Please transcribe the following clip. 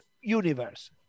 universe